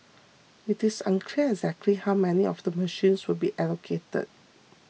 it is unclear exactly how many of the machines will be allocated